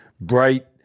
bright